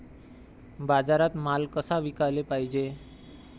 बाजारात माल कसा विकाले पायजे?